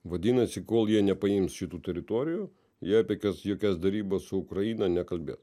vadinasi kol jie nepaims šitų teritorijų jie apie jokias derybas su ukraina nekalbės